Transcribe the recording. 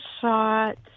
shot